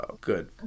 good